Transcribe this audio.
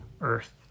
earth